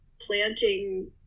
planting